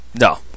No